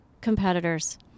competitors